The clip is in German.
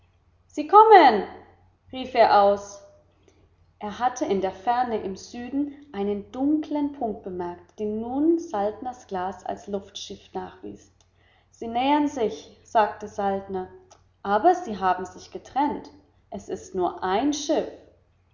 sie kommen rief er aus er hatte in der ferne im süden einen dunkeln punkt bemerkt den nun saltners glas als luftschiff nachwies sie nähern sich sagte saltner aber sie haben sich getrennt es ist nur ein schiff